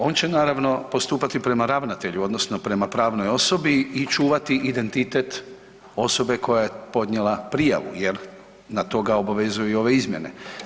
On će naravno postupati prema ravnatelju, odnosno prema pravnoj osobi i čuvati identitet osobe koja je podnijela prijavu, jer na to ga obavezuju i ove izmjene.